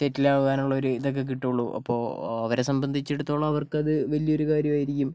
സെറ്റിലാകാനുള്ള ഒരു ഇതൊക്കെ കിട്ടുകയുള്ളൂ അപ്പോൾ അവരെ സംബന്ധിച്ചിടത്തോളം അവർക്കത് വലിയൊരു കാര്യമായിരിക്കും